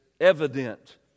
evident